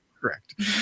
Correct